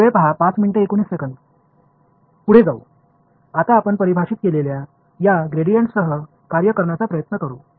இப்பொழுது நாம் வரையறுத்துள்ள கிரேடியன்ட் உடன் நமது வேலையை செய்ய முயற்சிப்போம்